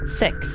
six